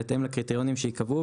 בהתאם לקריטריונים שייקבעו,